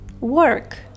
work